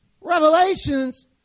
Revelations